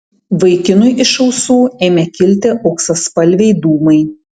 vaikinui iš ausų ėmė kilti auksaspalviai dūmai